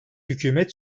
hükümet